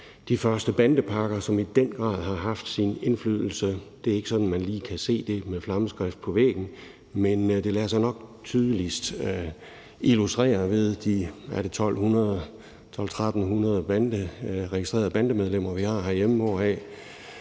de første bandepakker, som i den grad har haft en indflydelse. Det er ikke sådan, at man lige kan se det med flammeskrift på væggen, men det lader sig nok tydeligst illustrere ved de 1.200-1.300 registrerede bandemedlemmer, vi har herhjemme, hvoraf